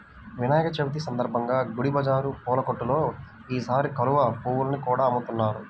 వినాయక చవితి సందర్భంగా గుడి బజారు పూల కొట్టుల్లో ఈసారి కలువ పువ్వుల్ని కూడా అమ్ముతున్నారు